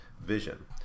vision